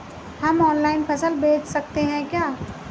हम ऑनलाइन फसल बेच सकते हैं क्या?